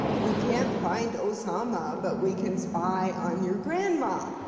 we can't find osama, but we can spy on your grandma.